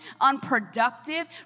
unproductive